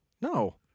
No